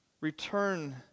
return